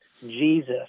Jesus